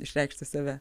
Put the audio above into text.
išreikšti save